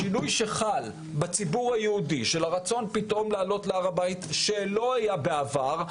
השינוי שחל בציבור היהודי של הרצון לעלות להר הבית שלא היה בעבר,